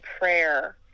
prayer